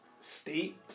state